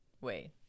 wait